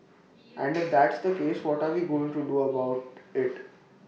and if that's the case what are we going to do about IT